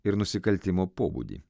ir nusikaltimo pobūdį